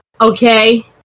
okay